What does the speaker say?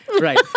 Right